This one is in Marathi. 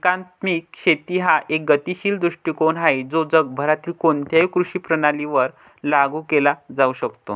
एकात्मिक शेती हा एक गतिशील दृष्टीकोन आहे जो जगभरातील कोणत्याही कृषी प्रणालीवर लागू केला जाऊ शकतो